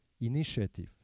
Initiative